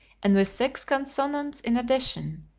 and with six consonants in addition,